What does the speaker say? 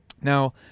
Now